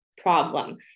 problem